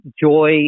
joy